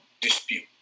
dispute